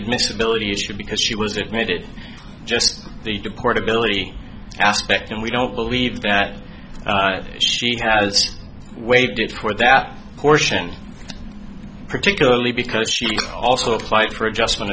admissibility issue because she was it made it just they deport ability aspect and we don't believe that she has waited for that portion particularly because she also applied for adjustment